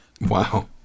Wow